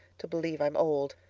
to believe i'm old.